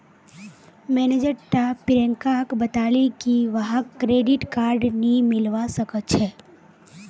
manager टा प्रियंकाक बताले की वहाक क्रेडिट कार्ड नी मिलवा सखछे